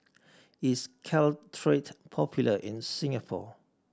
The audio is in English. is Caltrate popular in Singapore